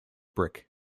brick